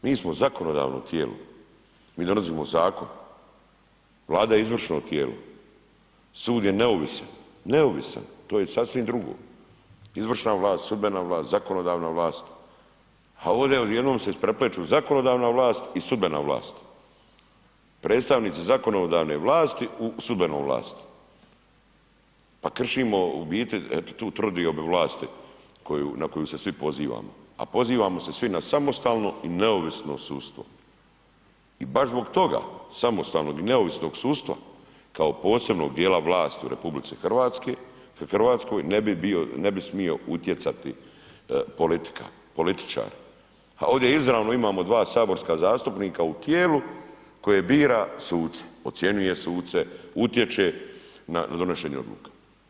Mi smo zakonodavno tijelo, mi donosimo zakon, Vlada je izvršno tijelo, sud je neovisan, neovisan, to je sasvim drugo, izvršna vlast, sudbena vlast, zakonodavna vlast, a ovdje odjednom se isprepleću zakonodavna vlast i sudbena vlast, predstavnici zakonodavne vlasti u sudbenoj vlasti, pa kršimo u biti eto tu trodiobu vlasti na koju se svi pozivamo, a pozivamo se svi na samostalno i neovisno sudstvo i baš zbog toga samostalnog i neovisnog sudstva kao posebnog dijela vlasti u RH ne bi smio utjecati politika, političari, a ovdje izravno imamo 2 saborska zastupnika u tijelu koje bira suce, ocjenjuje suce, utječe na donošenje odluka.